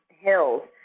hills